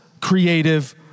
creative